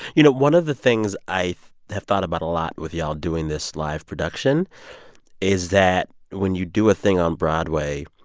you know, one of the things i have thought about a lot with y'all doing this live production is that when you do a thing on broadway,